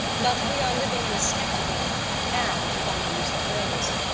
but we are living in a sceptical and, if i may use the phrase,